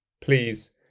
please